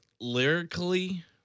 lyrically